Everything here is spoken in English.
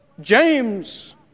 James